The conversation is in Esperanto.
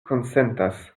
konsentas